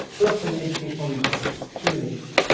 open educational resources, simulation.